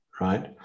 right